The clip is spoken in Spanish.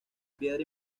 piedra